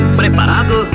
preparado